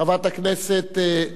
חברת הכנסת,